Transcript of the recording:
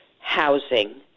housing